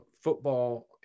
football